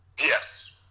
Yes